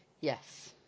Yes